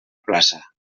plaça